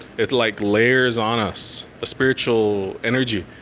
it like layers on us a spiritual energy,